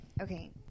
okay